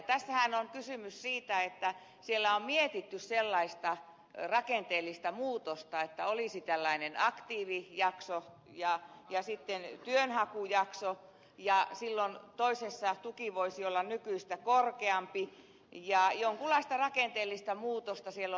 tässähän on kysymys siitä että siellä on mietitty sellaista rakenteellista muutosta että olisi tällainen aktiivijakso ja sitten työnhakujakso ja silloin toisessa tuki voisi olla nykyistä korkeampi jonkunlaista rakenteellista muutosta siellä on mietitty